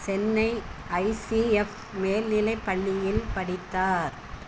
Chennai I C F மேல்நிலைப் பள்ளியில் படித்தார்